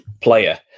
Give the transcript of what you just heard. player